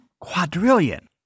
quadrillion